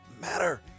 matter